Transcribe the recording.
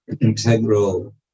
integral